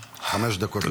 דקות, אדוני.